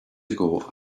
ago